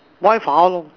boil for how long